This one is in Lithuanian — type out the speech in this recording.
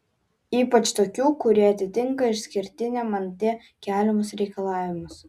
ypač tokių kurie atitinka išskirtiniam nt keliamus reikalavimus